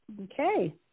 Okay